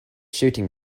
shooting